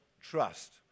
trust